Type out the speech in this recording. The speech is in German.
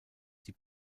die